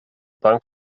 bank